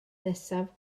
nesaf